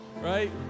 Right